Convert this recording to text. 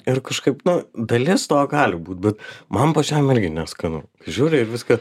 ir kažkaip nu dalis to gali būt bet man pačiam irgi neskanu žiūri ir viską